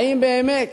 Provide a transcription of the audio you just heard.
האם באמת